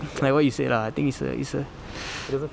like what you said lah I think it's a it's a